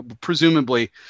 presumably